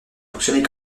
fonctionner